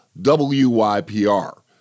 WYPR